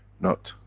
not,